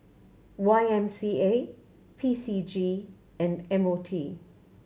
Y M C A P C G and M O T